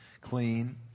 clean